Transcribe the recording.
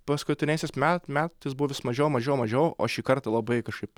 paskutiniaisiais met metais buvo vis mažiau mažiau mažiau o šįkart labai kažkaip